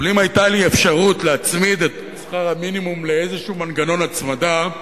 אבל אם היתה לי אפשרות להצמיד את שכר המינימום לאיזה מנגנון הצמדה,